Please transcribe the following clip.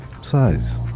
size